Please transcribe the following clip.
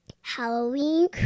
Halloween